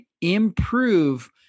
improve